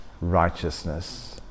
righteousness